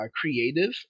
creative